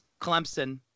Clemson